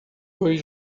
dois